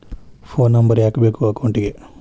Phone number ಯಾಕೆ ಬೇಕು ಅಕೌಂಟಿಗೆ?